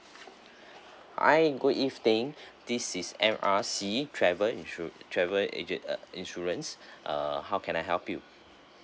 hi good evening this is M_R_C travel insur~ travel agent uh insurance uh how can I help you